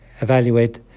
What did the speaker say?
evaluate